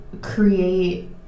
create